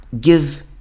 give